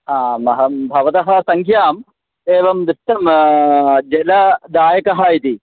आम् अहं भवतः सङ्ख्याम् एवं दृष्टं जलदायकः इति